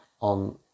on